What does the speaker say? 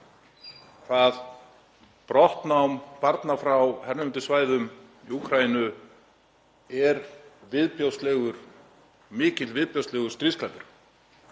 hvað brottnám barna frá hernumdum svæðum í Úkraínu er mikill viðbjóðslegur stríðsglæpur.